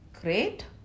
great